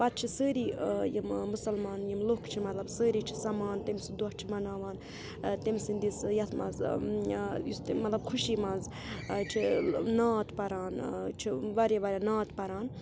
پَتہٕ چھِ سٲری یِم مُسلمان یِم لُکھ چھِ مطلب سٲری چھِ سَمان تٔمۍ سُنٛد دۄہ چھِ مَناوان تٔمۍ سٕنٛدِس یَتھ منٛز یُس تٔمۍ مطلب خوشی منٛز چھِ نعت پَران چھِ واریاہ واریاہ نعت پَران